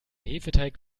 hefeteig